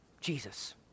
Jesus